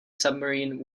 submarine